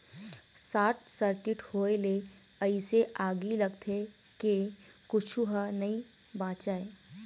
short circuit होए ले अइसे आगी लगथे के कुछू ह नइ बाचय